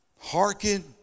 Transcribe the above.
Hearken